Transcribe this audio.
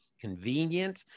convenient